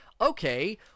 Okay